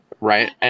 Right